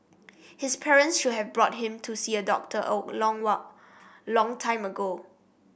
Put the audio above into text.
his parents should have brought him to see a doctor a long a long time ago